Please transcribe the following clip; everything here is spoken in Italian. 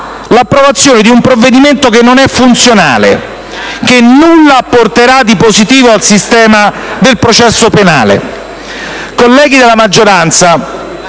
l'approvazione di un provvedimento che non è funzionale e che nulla apporterà di positivo al sistema del processo penale.